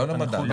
לא למדד.